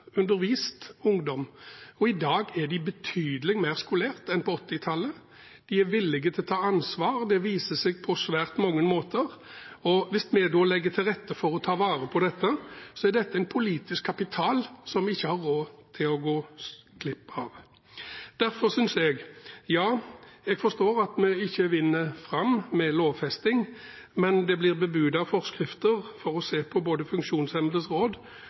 undervist ungdom. I dag er de betydelig mer skolert enn på 1980-tallet. De er villige til å ta ansvar, og det viser seg på svært mange måter. Hvis vi legger til rette for å ta vare på dette, er det en politisk kapital som vi ikke har råd til å gå glipp av. Jeg forstår at vi ikke vinner fram med lovfesting, men det blir bebudet forskrifter for å se på både funksjonshemmedes råd,